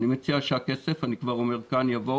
אני מציע שהכסף אני כבר אומר כאן יבוא